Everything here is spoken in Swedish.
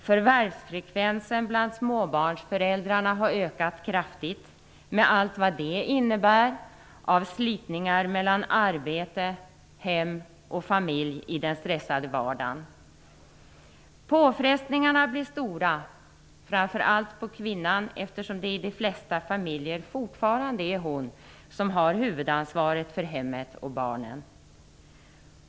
Förvärvsfrekvensen bland småbarnsföräldrarna har ökat kraftigt, med allt vad det innebär av slitningar mellan arbete, hem och familj i den stressade vardagen. Påfrestningarna blir stora, framför allt på kvinnan, eftersom det i de flesta familjer fortfarande är hon som har huvudansvaret för hemmet och barnen.